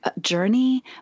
journey